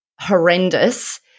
horrendous